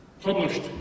published